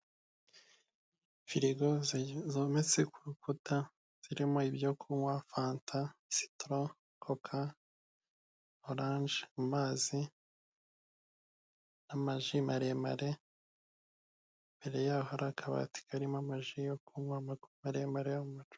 Firigo zometse ku rukuta zirimo ibyo kunywa Fanta, Sitoro, Koka, Oranje, amazi, amaji maremare, imbere yaho hari akabati karimo amaji yo kunywa maremare yo mu macupa.